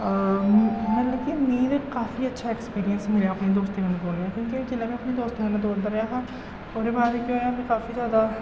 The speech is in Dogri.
मतलब कि मी ते काफी अच्छा ऐक्सपीरियंस मिलेआ अपने दोस्तें कन्नै दौड़ने दा क्योंकि जिल्लै में अपने दोस्तें कन्नै दौड़दा रेहा हा ओह्दे बाद केह् होएआ में काफी जैदा